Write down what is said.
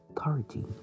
authority